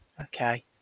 okay